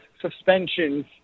suspensions